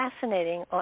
fascinating